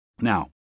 Now